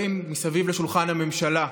מספר השרים מסביב לשולחן הממשלה,